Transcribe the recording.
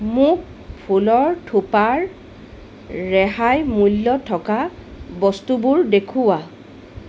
মোক ফুলৰ থোপাৰ ৰেহাই মূল্য থকা বস্তুবোৰ দেখুওৱা